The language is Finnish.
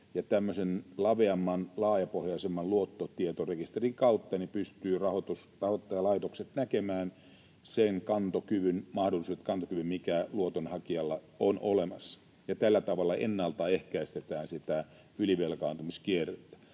laveamman, laajapohjaisemman luottotietorekisterin kautta pystyvät rahoittajalaitokset näkemään ne mahdollisuudet ja kantokyvyn, mitkä luotonhakijalla ovat olemassa, ja tällä tavalla ennaltaehkäistetään sitä ylivelkaantumiskierrettä.